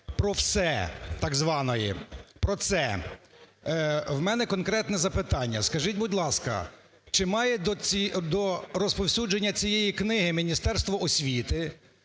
"Про все" так званої, "про це". В мене конкретне запитання. Скажіть, будь ласка, чи має до розповсюдження цієї книги Міністерство освіти?